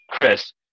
Chris